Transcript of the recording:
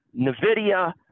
NVIDIA